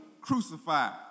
crucified